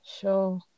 Sure